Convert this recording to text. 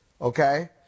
Okay